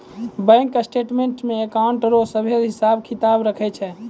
bank statements मे account रो सभे हिसाब किताब रहै छै